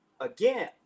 again